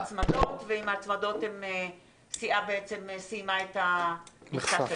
היו עושים הרבה יותר הצמדות ועם ההצמדות סיעה בעצם סיימה את המכסה שלה.